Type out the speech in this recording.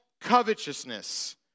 covetousness